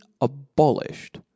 abolished